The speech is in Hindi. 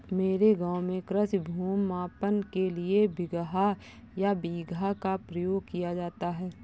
मेरे गांव में कृषि भूमि मापन के लिए बिगहा या बीघा का प्रयोग किया जाता है